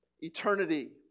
Eternity